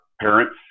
parents